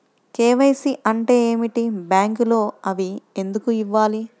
KYC అంటే ఏమిటి? బ్యాంకులో అవి ఎందుకు ఇవ్వాలి?